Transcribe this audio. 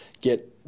get